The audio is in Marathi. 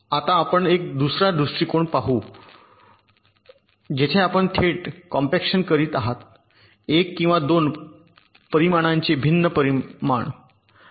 आता आपण दुसरा दृष्टीकोन पाहू या जेथे आपण थेट मध्ये कॉम्पॅक्शन करीत आहात एक किंवा 2 परिमाणांचे भिन्न परिमाण